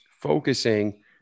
focusing